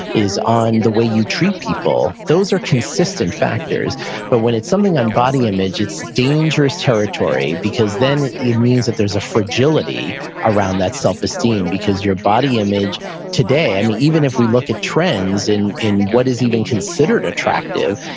is on the way you treat people, those are consistent factors but when it's something on body image, it's dangerous territory because then it means that there's a fragility around that self esteem. because your body image today, even if we look at trends in in what is even considered attractive,